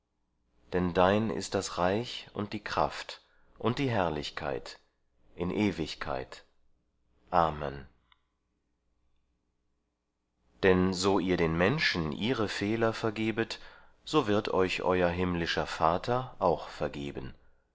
denn dein ist das reich und die kraft und die herrlichkeit in ewigkeit amen denn so ihr den menschen ihre fehler vergebet so wird euch euer himmlischer vater auch vergeben